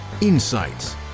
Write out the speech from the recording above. insights